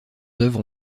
œuvres